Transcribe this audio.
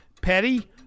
Petty